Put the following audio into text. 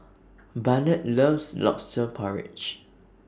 Barnett loves Lobster Porridge